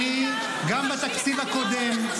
גם בתקציב הקודם,